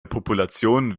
population